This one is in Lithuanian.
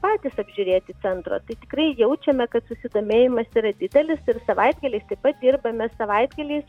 patys apžiūrėti centro tai tikrai jaučiame kad susidomėjimas yra didelis ir savaitgaliais taip pat dirbame savaitgaliais